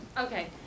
Okay